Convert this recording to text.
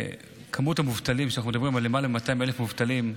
שכמות המובטלים שאנחנו מדברים עליהם היא למעלה מ-200,000 מובטלים.